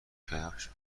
کفش